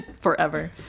forever